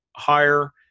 higher